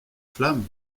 flammes